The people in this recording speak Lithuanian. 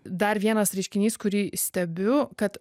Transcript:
dar vienas reiškinys kurį stebiu kad